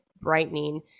brightening